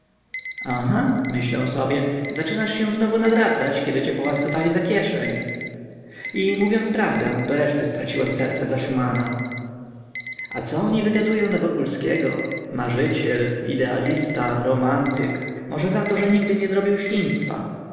aha myślę sobie zaczynasz się znowu nawracać kiedy cię połaskotali za kieszeń i mówiąc prawdę do reszty straciłem serce dla szumana a co oni wygadują na wokulskiego marzyciel idealista romantyk może zato że nigdy nie zrobił świństwa